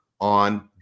on